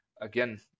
again